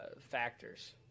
factors